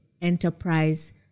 enterprise